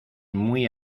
muy